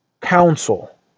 counsel